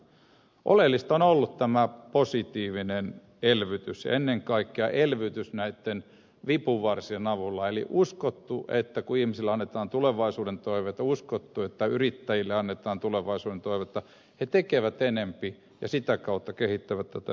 oleellista on ollut tämä positiivinen elvytys ennen kaikkea elvytys näitten vipuvarsien avulla eli on uskottu että kun ihmisille annetaan tulevaisuuden toiveita uskottu että kun yrittäjille annetaan tulevaisuuden toiveita he tekevät enempi ja sitä kautta kehittävät tätä yhteiskuntaa siinä